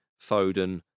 Foden